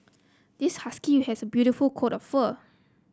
this husky has a beautiful coat of fur